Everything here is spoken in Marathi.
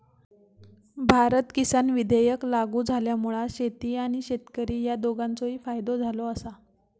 भारत किसान विधेयक लागू झाल्यामुळा शेती आणि शेतकरी ह्या दोघांचोही फायदो झालो आसा